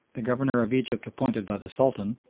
the governor of egypt appointed by the sultan,